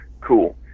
Cool